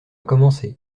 commencer